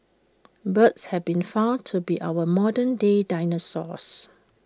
birds have been found to be our modern day dinosaurs